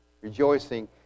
rejoicing